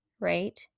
right